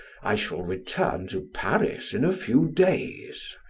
i shall return to paris in a few days,